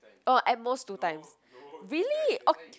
oh at most two times really